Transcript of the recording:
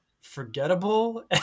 forgettable